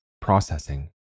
processing